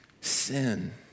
Sin